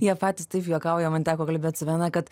jie patys taip juokauja man teko kalbėt su viena kad